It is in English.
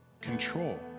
control